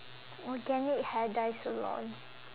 organic hair dye salon